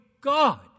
God